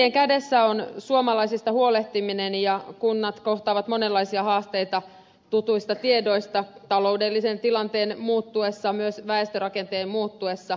kuntien kädessä on suomalaisista huolehtiminen ja kunnat kohtaavat monenlaisia haasteita taloudellisen tilanteen muuttuessa ja myös väestörakenteen muuttuessa